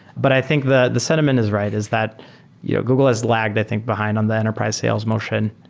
but i think the the sentiment is right, is that yeah google has lagged, i think, behind on the enterprise sales motion.